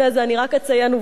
אני רק אציין עובדה חשובה.